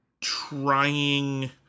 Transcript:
trying